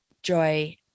Joy